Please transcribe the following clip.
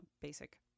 basic